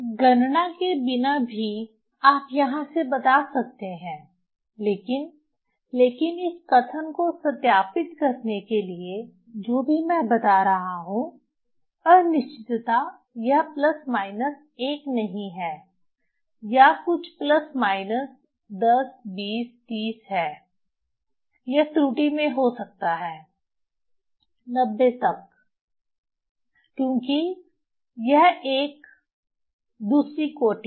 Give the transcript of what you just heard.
गणना के बिना भी आप यहां से बता सकते हैं लेकिन लेकिन इस कथन को सत्यापित करने के लिए जो भी मैं बता रहा हूं अनिश्चितता यह प्लस माइनस 1 नहीं है या कुछ प्लस माइनस 10 20 30 है यह त्रुटि में हो सकता है 90 तक क्योंकि यह एक दूसरी कोटि है